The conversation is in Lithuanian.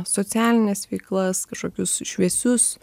socialines veiklas kažkokius šviesius